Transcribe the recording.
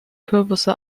kürbisse